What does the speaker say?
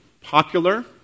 popular